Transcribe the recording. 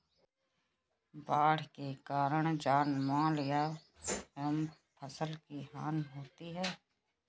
बाढ़ के कारण जानमाल एवं फसल की हानि होती है